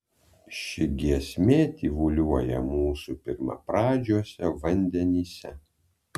ši giesmė tyvuliuoja mūsų pirmapradžiuose vandenyse